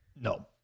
no